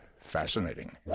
fascinating